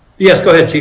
yes go ahead?